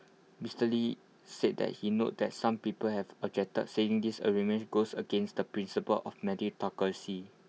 Mister lee said that he noted that some people have objected saying this arrangement goes against the principle of meritocracy